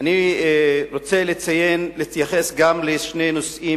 אני רוצה להתייחס בקצרה גם לשני נושאים